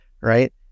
right